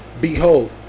Behold